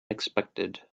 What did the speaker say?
expected